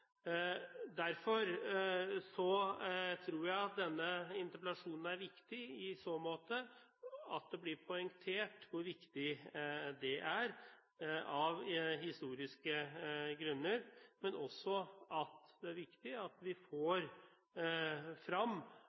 Derfor tror jeg at denne interpellasjonen er viktig. Det blir poengtert hvor viktig det er av historiske grunner, men også at det er viktig at vi får